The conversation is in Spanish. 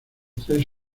tres